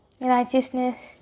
righteousness